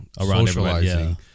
socializing